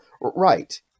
Right